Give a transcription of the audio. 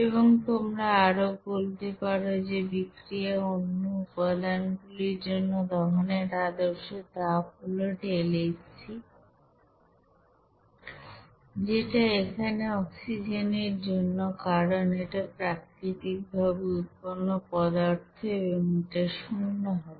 এবং তোমরা আরো বলতে পারো যে বিক্রিয়ায় অন্য উপাদান গুলির জন্য দহনের আদর্শ তাপ হল ΔHc যেটা এখানে অক্সিজেনের জন্য কারণ এটা প্রাকৃতিক ভাবে উৎপন্ন পদার্থ এবং এটা শূন্য হবে